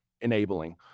enabling